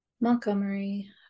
Montgomery